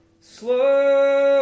slow